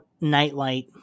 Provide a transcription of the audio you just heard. nightlight